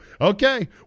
Okay